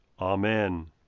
Amen